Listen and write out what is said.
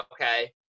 okay